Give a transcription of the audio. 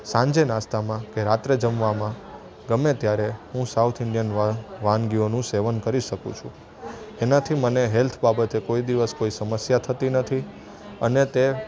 સાંજે નાસ્તામાં કે રાત્રે જમવામાં ગમે ત્યારે હું સાઉથ ઇંડિયન વાનગીઓનું સેવન કરી શકું છું એનાથી મને હેલ્થ બાબતે કોઈ દિવસ કોઈ સમસ્યા થતી નથી અને તે